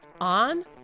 on